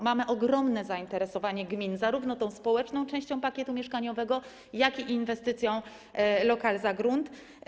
Mamy ogromne zainteresowanie gmin, zarówno tą społeczną częścią pakietu mieszkaniowego, jak i inwestycją „lokal za grunt”